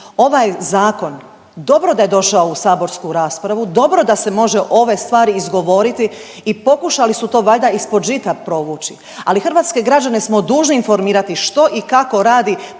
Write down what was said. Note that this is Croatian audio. Ovaj zakon dobro da je došao u saborsku raspravu, dobro da se može ove stvari izgovoriti i pokušali su to valjda ispod žita provući, ali hrvatske građane smo dužni informirati što i kako radi